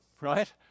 right